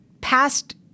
past